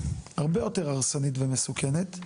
הרבה יותר הרסנית ומסוכנת.